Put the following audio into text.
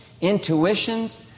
intuitions